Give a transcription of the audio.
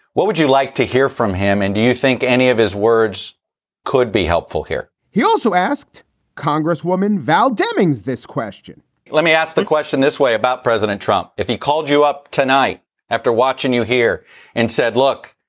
what would you like to hear from him? and do you think any of his words could be helpful here? he also asked congresswoman val demings this question let me ask the question this way about president trump. if he called you up tonight after watching you here and said, look,